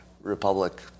republic